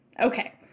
Okay